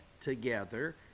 together